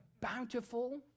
bountiful